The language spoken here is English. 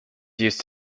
used